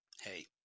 hey